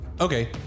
Okay